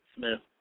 Smith